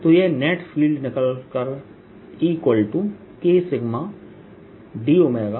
तो यह net field निकल कर Ekσd मिलेगा